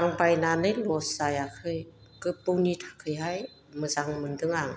आं बायनानै ल'स जायाखै गोबौनि थाखायहाय मोजां मोनदों आं